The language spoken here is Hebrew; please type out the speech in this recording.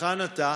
היכן אתה?